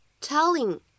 telling